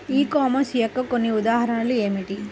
ఈ కామర్స్ యొక్క కొన్ని ఉదాహరణలు ఏమిటి?